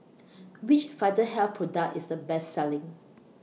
Which Vitahealth Product IS The Best Selling